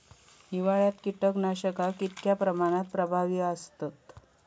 हिवाळ्यात कीटकनाशका कीतक्या प्रमाणात प्रभावी असतत?